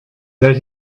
that